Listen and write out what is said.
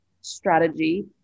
strategy